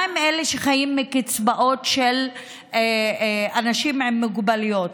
מה עם אלה שחיים מקצבאות של אנשים עם מוגבלויות?